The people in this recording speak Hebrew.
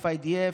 FIDF,